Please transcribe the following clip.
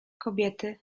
kobiety